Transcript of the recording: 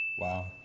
Wow